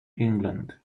england